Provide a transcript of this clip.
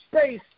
space